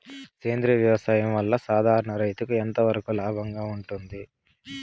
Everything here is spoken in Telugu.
సేంద్రియ వ్యవసాయం వల్ల, సాధారణ రైతుకు ఎంతవరకు లాభంగా ఉంటుంది?